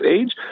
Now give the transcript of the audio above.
age